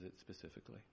specifically